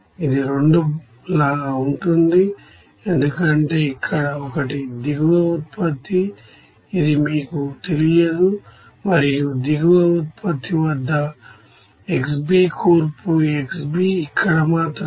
ఇది 2 లాగా ఉంటుంది ఎందుకంటే ఇక్కడ ఒకటి దిగువ ఉత్పత్తి ఇది మీకు తెలియదు మరియు దిగువ ఉత్పత్తి వద్ద xBకూర్పు xB ఇక్కడ మాత్రమే